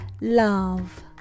love